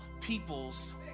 people's